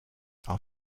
are